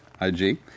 IG